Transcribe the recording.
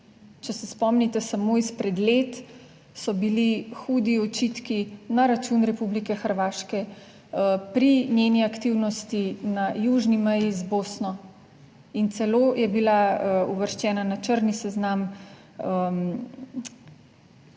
Če se spomnite samo izpred let, so bili hudi očitki na račun Republike Hrvaške pri njeni aktivnosti na južni meji z Bosno in celo je bila uvrščena na črni seznam,